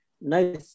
no